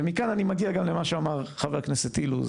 ומכאן אני מגיע גם למה שאמר חבר הכנסת אילוז.